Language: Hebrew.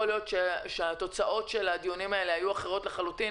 יכול להיות שהתוצאות של הדיונים האלה היו אחרות לחלוטין